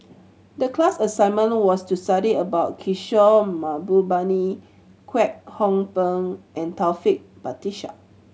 the class assignment was to study about Kishore Mahbubani Kwek Hong Png and Taufik Batisah